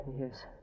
Yes